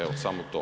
Evo, samo to.